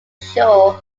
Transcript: show